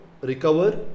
recover